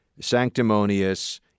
sanctimonious